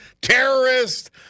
terrorist